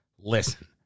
Listen